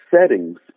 settings